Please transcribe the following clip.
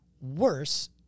worse